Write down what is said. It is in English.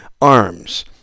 arms